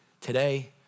today